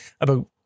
about-